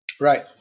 Right